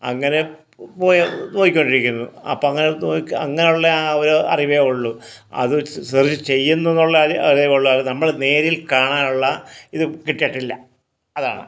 അങ്ങനെ പോയി നോക്കിക്കൊണ്ടിരിക്കുന്നു അപ്പോൾ അങ്ങനെ അങ്ങനുള്ള ആ ഒരറിവേ ഉള്ളൂ അത് സെർച്ച് ചെയ്യുന്നേ എന്നുള്ള അറിവേ ഒള്ളൂ നമ്മൾ നേരിൽ കാണാനുള്ള ഇത് കിട്ടിയിട്ടില്ല അതാണ്